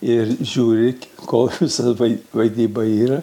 ir žiūri kol visa vai vaidyba yra